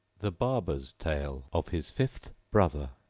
the barber's tale of his fifth brother